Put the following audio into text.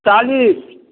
चालीस